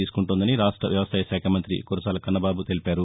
తీసుకుంటోందని రాష్ట వ్యవసాయ శాఖ మంతి కురసాల కన్నబాబు తెలిపారు